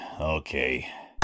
Okay